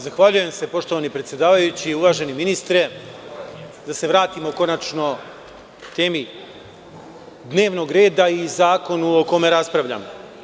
Zahvaljujem se poštovani predsedavajući i uvaženi ministre da se konačno vratimo temi dnevnog reda i zakonu o kome raspravljamo.